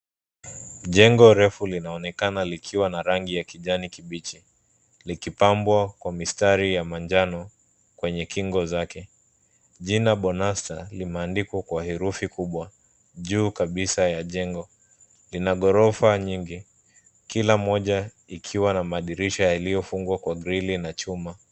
Jengo refu linaonekana likiwa na rangi ya kijani kibichi, likipambwa kwa mistari ya manjano, kwenye kingo zake. Jina Bonasta, limeandikwa kwa herufi kubwa, juu kabisa ya jengo. Lina ghorofa nyingi, kila mmoja ikiwa na madirisha yaliyofungwa kwa grill na chuma.